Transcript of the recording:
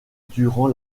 durant